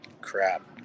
Crap